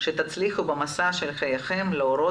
בשבילי תרומת זרע היא ממניעים אלטרואיסטיים בעיקר.